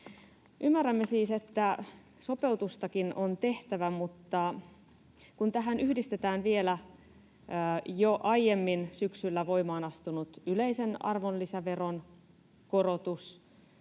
Ymmärrämme siis, että sopeutustakin on tehtävä, mutta kun tähän yhdistetään vielä jo aiemmin syksyllä voimaan astunut yleisen arvonlisäveron korotus